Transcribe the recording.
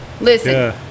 Listen